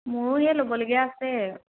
মোৰো হেই ল'বলগীয়া আছে